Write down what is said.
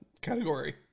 category